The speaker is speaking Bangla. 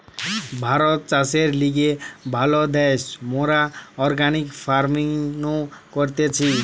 ভারত চাষের লিগে ভালো দ্যাশ, মোরা অর্গানিক ফার্মিনো করতেছি